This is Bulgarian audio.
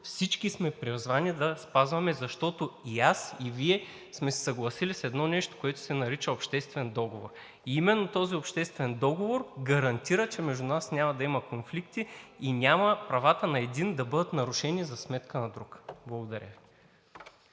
всички сме призвани да спазваме, защото и аз, и Вие сме се съгласили с едно нещо, което се нарича обществен договор. И именно този обществен договор гарантира, че между нас няма да има конфликти и няма правата на един да бъдат нарушени за сметка на друг. Благодаря.